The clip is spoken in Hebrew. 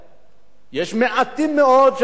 יש מעטים מאוד, להיפך,